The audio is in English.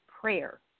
prayer